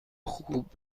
خوب